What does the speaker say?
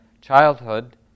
childhood